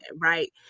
right